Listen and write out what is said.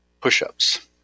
push-ups